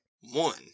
One